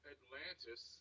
Atlantis